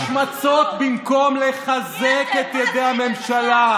ועוסקים בהשמצות במקום לחזק את ידי הממשלה,